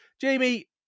Jamie